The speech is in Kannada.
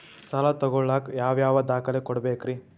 ಸಾಲ ತೊಗೋಳಾಕ್ ಯಾವ ಯಾವ ದಾಖಲೆ ಕೊಡಬೇಕ್ರಿ?